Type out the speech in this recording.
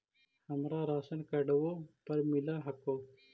हमरा राशनकार्डवो पर मिल हको?